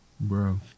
Bro